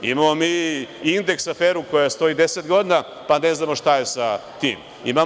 Imamo mi „Indeks aferu“ koja stoji 10 godina, pa ne znamo šta je sa tim.